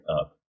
up